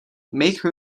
make